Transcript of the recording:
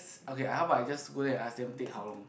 okay how about I just go there and ask them take how long